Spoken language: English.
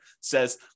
says